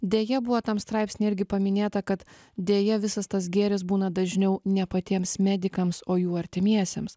deja buvo tam straipsny irgi paminėta kad deja visas tas gėris būna dažniau ne patiems medikams o jų artimiesiems